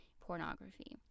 pornography